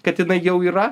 kad jinai jau yra